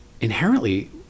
Inherently